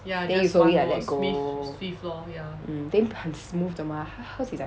ya then you slowly like that go mm then 很 smooth 的 mah hers is like